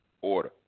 order